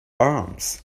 arms